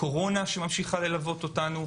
קורונה שממשיכה ללוות אותנו.